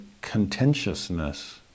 contentiousness